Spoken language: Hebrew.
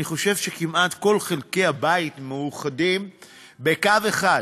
אני חושב שכמעט כל חלקי הבית מאוחדים בקו אחד